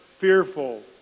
fearful